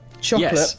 chocolate